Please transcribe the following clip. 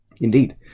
Indeed